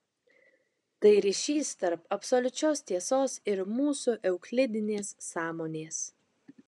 tai ryšys tarp absoliučios tiesos ir mūsų euklidinės sąmonės